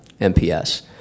MPS